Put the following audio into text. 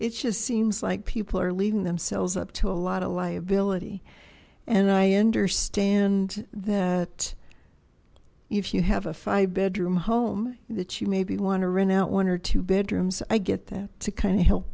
it just seems like people are leaving themselves up to a lot of liability and i understand that if you have a five bedroom home that you maybe want to rent out one or two bedrooms i get that to kind of help